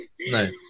Nice